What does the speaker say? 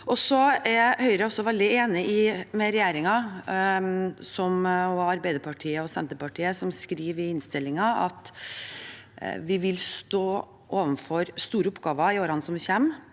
veldig enig med regjeringen, Arbeiderpartiet og Senterpartiet, som skriver i innstillingen at vi vil stå overfor store oppgaver i årene som kommer,